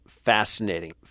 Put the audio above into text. Fascinating